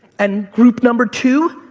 and group number two,